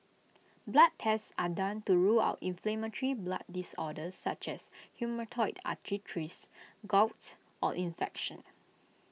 blood tests are done to rule out inflammatory blood disorders such as rheumatoid arthritis gout or infection